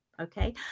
okay